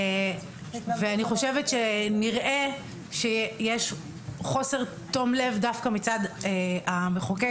אני חושבת שנראה שבהקשר הזה יש חוסר תום לב דווקא מצד המחוקק.